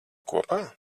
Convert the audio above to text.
kopā